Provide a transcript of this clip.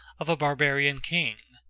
of a barbarian king.